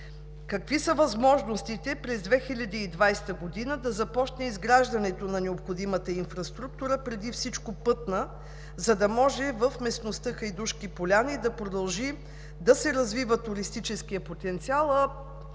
какви са възможностите през 2020 г. да започне изграждането на необходимата инфраструктура, преди всичко пътна, за да може в местността „Хайдушки поляни“ да продължи да се развива туристическият потенциал,